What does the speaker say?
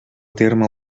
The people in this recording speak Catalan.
terme